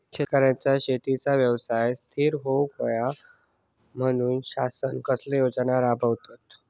शेतकऱ्यांका शेतीच्या व्यवसायात स्थिर होवुक येऊक होया म्हणान शासन कसले योजना राबयता?